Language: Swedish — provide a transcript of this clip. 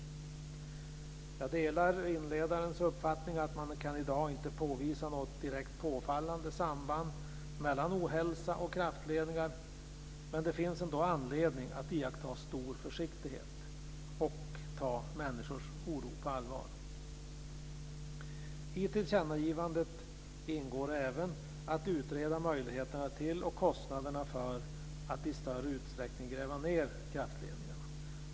Jag delar inledarens uppfattning att man i dag inte kan påvisa något direkt påfallande samband mellan ohälsa och kraftledningar, men det finns ändå anledning att iaktta stor försiktighet och ta människors oro på allvar. I tillkännagivandet ingår även att utreda möjligheterna till och kostnaderna för att i större utsträckning gräva ned kraftledningarna.